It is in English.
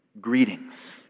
Greetings